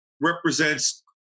represents